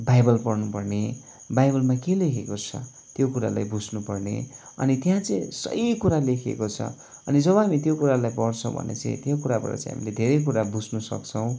Bible पढ्नु पर्ने बाइबलमा के लेखेको छ त्यो कुरालाई बुझ्नु पर्ने अनि त्यहाँ चाहिँ सही कुरा लेखिएको छ अनि जब हामी त्यो कुरालाई पढ्छ भने चाहिँ त्यो कुराबाट चाहिँ हामीले धेरै कुरा बुझ्नु सक्छौँ